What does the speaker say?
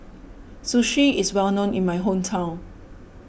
Sushi is well known in my hometown